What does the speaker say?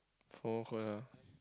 four o-clock lah